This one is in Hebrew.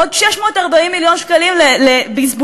עוד 640 מיליון שקלים לבזבוזים.